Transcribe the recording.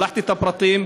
שלחתי את הפרטים,